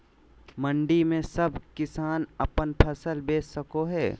मंडी में सब किसान अपन फसल बेच सको है?